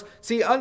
See